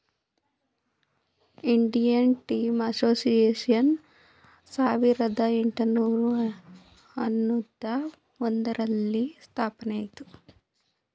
Indian tea association ಸಾವಿರದ ಏಟುನೂರ ಅನ್ನೂತ್ತ ಒಂದರಲ್ಲಿ ಸ್ಥಾಪನೆಯಾಯಿತು